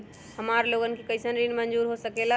हमार लोगन के कइसन ऋण मंजूर हो सकेला?